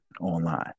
online